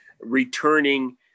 returning